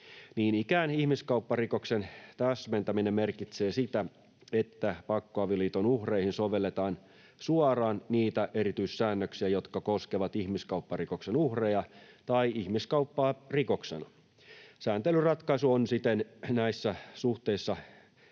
ikään ihmiskaupparikoksen täsmentäminen merkitsee sitä, että pakkoavioliiton uhreihin sovelletaan suoraan niitä erityissäännöksiä, jotka koskevat ihmiskaupparikoksen uhreja tai ihmiskauppaa rikoksena. Sääntelyratkaisu on siten näissä suhteissa